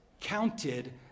counted